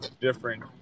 different